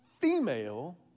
female